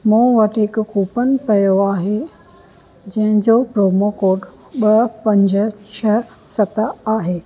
मूं वटि हिकु कूपन पियो आहे जंहिंजो प्रोमो कोड ॿ पंज छह सत आहे